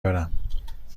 برم